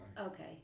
Okay